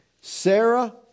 Sarah